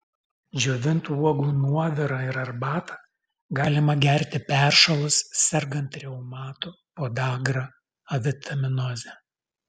džiovintų uogų nuovirą ir arbatą galima gerti peršalus sergant reumatu podagra avitaminoze